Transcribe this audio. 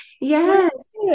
Yes